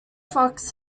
fox